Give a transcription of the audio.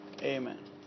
Amen